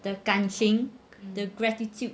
the 感情 the gratitude